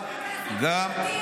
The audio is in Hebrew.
על יד חרדים,